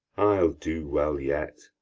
i'll do well yet